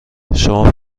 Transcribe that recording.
شما